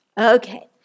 Okay